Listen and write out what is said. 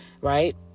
right